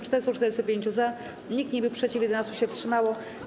445 - za, nikt nie był przeciw, 11 się wstrzymało.